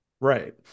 Right